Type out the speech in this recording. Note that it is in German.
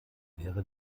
wäre